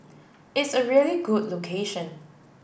it's a really good location